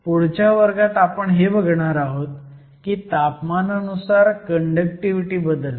पुढच्या वर्गात आपण हे बघणार आहोत की तापमानानुसार कंडक्टिव्हिटी बदलते